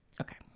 Okay